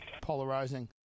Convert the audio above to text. polarizing